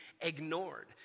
ignored